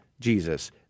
Jesus